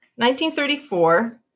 1934